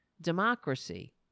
democracy